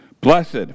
Blessed